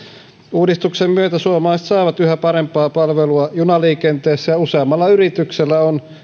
uudistuksen myötä suomalaiset saavat yhä parempaa palvelua junaliikenteessä ja useammalla yrityksellä on